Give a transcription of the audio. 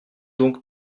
donc